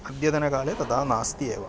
अद्यतनकाले तथा नास्ति एव